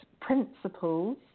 principles